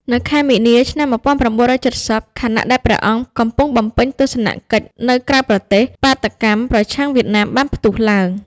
នៅខែមីនា ឆ្នាំ ១៩៧០ ខណៈដែលព្រះអង្គកំពុងបំពេញទស្សនកិច្ចនៅក្រៅប្រទេស បាតុកម្មប្រឆាំងវៀតណាមបានផ្ទុះឡើង។